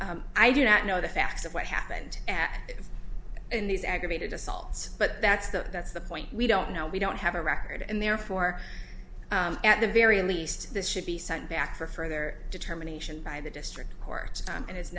happened i do not know the facts of what happened in these aggravated assaults but that's the that's the point we don't know we don't have a record and therefore at the very least this should be sent back for further determination by the district court and i